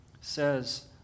says